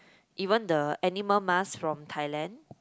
even the animal mask from Thailand